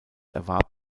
erwarb